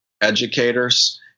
educators